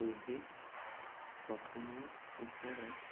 দৈহিক গঠনৰ ওপৰত